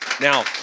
now